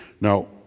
Now